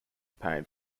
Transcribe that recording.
pain